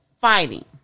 Fighting